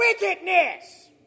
wickedness